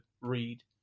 read